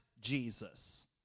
Jesus